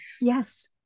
Yes